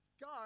God